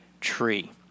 tree